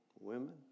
women